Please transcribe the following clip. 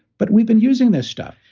but we've been using this stuff,